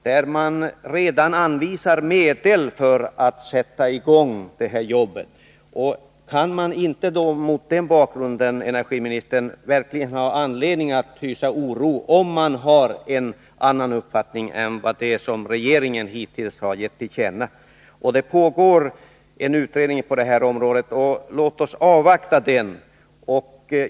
Där anvisas medel för att sätta i gång detta jobb. Mot den bakgrunden har man verkligen, energiministern, anledning att hysa oro, om man har en annan uppfattning än den som regeringen hittills har gett till känna. Det pågår en utredning på detta område, och låt oss avvakta den.